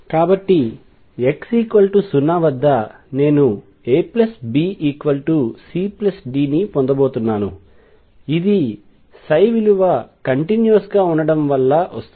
కాబట్టిx0 వద్ద నేను ABCD ని పొందబోతున్నాను ఇది విలువ కంటిన్యూవస్ గా ఉండటం వల్ల వస్తుంది